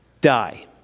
die